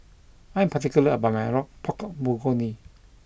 I am particular about my Pork Bulgogi